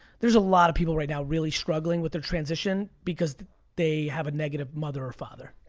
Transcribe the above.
there's a lot of people right now really struggling with their transition because they have a negative mother or father.